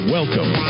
Welcome